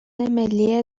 ملی